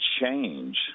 change